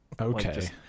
Okay